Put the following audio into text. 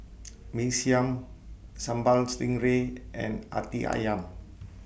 Mee Siam Sambal Stingray and Hati Ayam